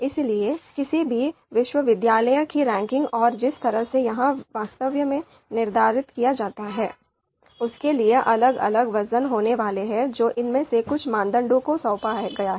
इसलिए किसी भी विश्वविद्यालय की रैंकिंग और जिस तरह से यह वास्तव में निर्धारित किया जाता है उसके लिए अलग अलग वजन होने वाले हैं जो इनमें से कुछ मानदंडों को सौंपा गया है